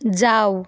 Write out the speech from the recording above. যাও